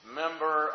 member